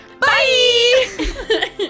Bye